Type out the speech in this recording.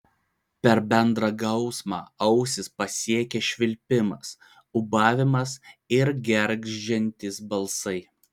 per bendrą gausmą ausis pasiekė švilpimas ūbavimas ir gergždžiantys balsai